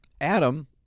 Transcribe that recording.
Adam